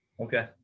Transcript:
okay